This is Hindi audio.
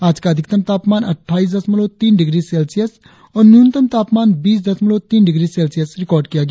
आज का अधिकतम तापमान अठठाइस दशमलव तीन डिग्री सेल्सियस और न्यूनतम तापमान बीस दशमलव तीन डिग्री सेल्सियस रिकार्ड किया गया